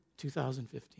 2015